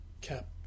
cap